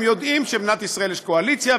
הם יודעים שבמדינת ישראל יש קואליציה,